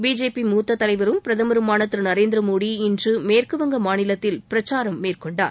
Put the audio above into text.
BJP மூத்த தலைவரும் பிரதமருமான திரு நரேந்திரமோடி இன்று மேற்குவங்க மாநிலத்தில் பிரச்சாரம் மேற்கொண்டார்